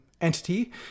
Entity